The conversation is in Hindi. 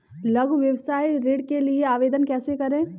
लघु व्यवसाय ऋण के लिए आवेदन कैसे करें?